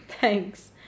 Thanks